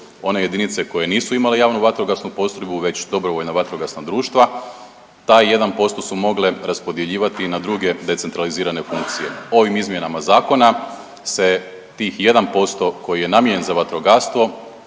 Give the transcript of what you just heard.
One jedinice koje nisu imale javnu vatrogasnu postrojbu već dobrovoljna vatrogasna društva taj 1% su mogle raspodjeljivati i na druge decentralizirane funkcije. Ovim izmjenama zakona se tih 1% koji je namijenjen za vatrogastvo